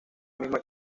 misma